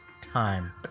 time